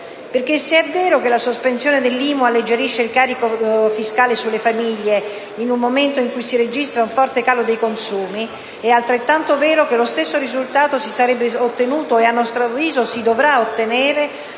Se è infatti vero che la sospensione dell'IMU alleggerisce il carico fiscale sulle famiglie in un momento in cui si registra un forte calo dei consumi, è altrettanto vero che lo stesso risultato si sarebbe ottenuto - e a nostro avviso si dovrà ottenere